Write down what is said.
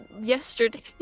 yesterday